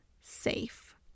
safe